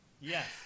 Yes